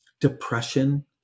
depression